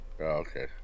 Okay